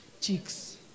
cheeks